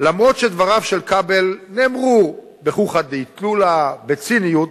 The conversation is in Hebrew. אף שדבריו של כבל נאמרו כחוכא ואטלולא, בציניות,